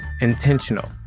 intentional